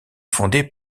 fondé